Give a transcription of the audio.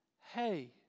Hey